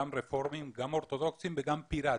גם רפורמיים, גם אורתודוקסיים וגם פיראטים.